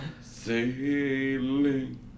Sailing